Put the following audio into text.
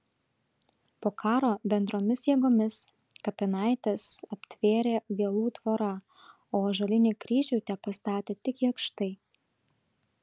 po karo bendromis jėgomis kapinaites aptvėrė vielų tvora o ąžuolinį kryžių tepastatė tik jakštai